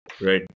Right